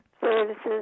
services